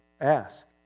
ask